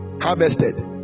harvested